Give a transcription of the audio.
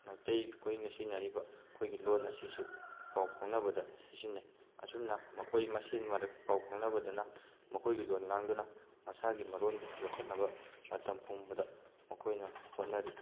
ꯃꯩꯇꯩ ꯑꯩꯈꯣꯏꯅ ꯁꯤꯖꯤꯟꯅꯔꯤꯕ ꯑꯩꯈꯣꯏꯒꯤ ꯂꯣꯟ ꯑꯁꯤꯁꯨ ꯄꯥꯎ ꯐꯥꯎꯅꯕꯗ ꯁꯤꯖꯤꯟꯅꯩ ꯑꯁꯨꯝꯅ ꯃꯈꯣꯏ ꯃꯁꯦꯜꯒꯤ ꯃꯔꯛ ꯄꯥꯎ ꯐꯥꯎꯅꯕꯗꯅ ꯃꯈꯣꯏꯒꯤ ꯂꯣꯟ ꯉꯥꯡꯗꯨꯅ ꯃꯁꯥꯒꯤ ꯃꯔꯣꯟꯕꯨ ꯌꯣꯛꯈꯠꯅꯕ ꯃꯇꯝ ꯄꯨꯝꯕꯗ ꯃꯈꯣꯏꯅ ꯍꯣꯠꯅꯔꯤ